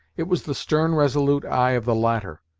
it was the stern, resolute eye of the latter,